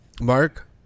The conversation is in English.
Mark